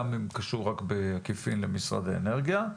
גם אם בעקיפין למשרד האנרגיה,